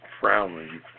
frowning